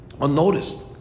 unnoticed